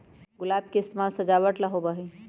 गुलाब के इस्तेमाल सजावट ला होबा हई